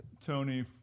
Tony